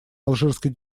алжирской